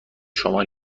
شما